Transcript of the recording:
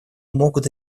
могут